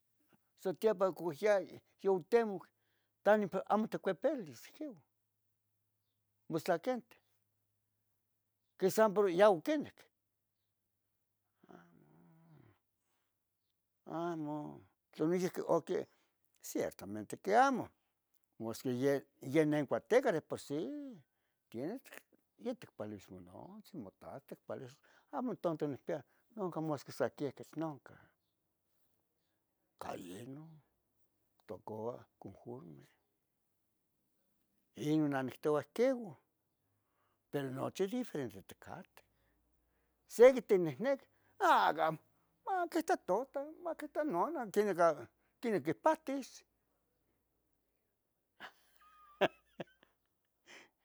satepa coh ya yoctemoc tamo, amo itcuipilis queu motztlaquentih, que san por yah oquinic, amo, amo tla, ciertamente que amo, mas que yeh neh in cuateca de por si, tien yeh tic, ye ticpaleuis monontzin mototah, amo tanto nicpia, masqui sa quexquich nonca, cah ino tocua conforme yeh non namictoua ihqueu pero nochi diferente itcateh, sequi tenehniqueh, a gamo maquitah totah maquita nonan quenih quipahtis.